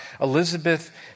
Elizabeth